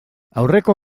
aurreko